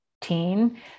teen